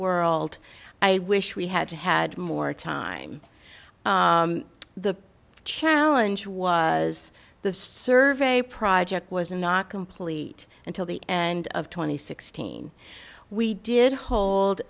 world i wish we had had more time the challenge was the survey project was not complete until the and of twenty sixteen we did